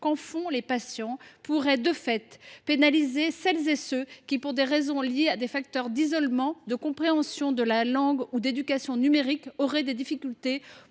qu’en font les patients pourrait, de fait, pénaliser celles et ceux qui, pour des raisons liées à des facteurs d’isolement, de compréhension de la langue ou d’éducation numérique auraient des difficultés